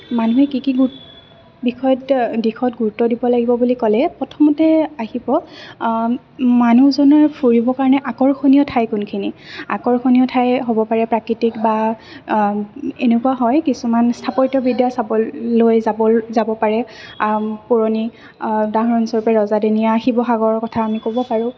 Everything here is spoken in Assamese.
মানুহে কি কি বিষয়ত দিশত গুৰুত্ব দিব লাগিব বুলি ক'লে প্ৰথমতে আহিব মানুহজনৰ ফুৰিবৰ কাৰণে আকৰ্ষণীয় ঠাই কোনখিনি আকৰ্ষণীয় ঠাই হ'ব পাৰে প্ৰাকৃতিক বা এনেকুৱা হয় কিছুমান স্থাপত্য বিদ্যা চাবলৈ যাব পাৰে পুৰণি উদাহৰণস্বৰূপে ৰজাদিনীয়া শিৱসাগৰৰ কথা আমি ক'ব পাৰোঁ